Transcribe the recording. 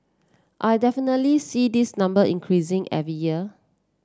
I definitely see this number increasing every year